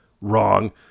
Wrong